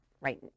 right